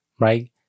right